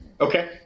Okay